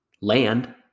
land